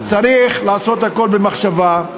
צריך לעשות הכול במחשבה.